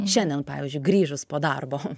šiandien pavyzdžiui grįžus po darbo